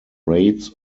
raids